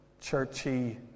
churchy